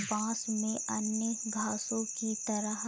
बांस में अन्य घासों की तरह